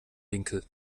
winkel